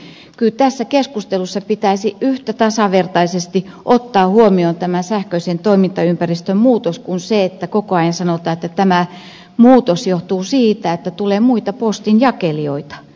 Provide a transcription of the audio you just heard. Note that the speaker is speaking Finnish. kyllä tässä keskustelussa pitäisi yhtä tasavertaisesti ottaa huomioon tämä sähköisen toimintaympäristön muutos kuin se kun koko ajan sanotaan että tämä muutos johtuu siitä että tulee muita postinjakelijoita